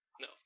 No